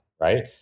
right